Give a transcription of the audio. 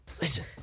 Listen